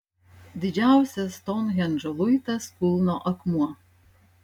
didžiausias stounhendžo luitas kulno akmuo